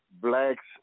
blacks